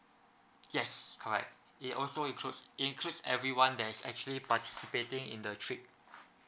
yes correct it also includes includes everyone there's actually participating in the trip